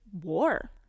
war